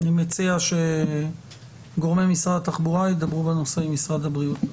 אני מציע שגורמי משרד התחבורה ידברו בנושא עם משרד הבריאות.